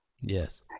Yes